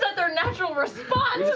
their natural response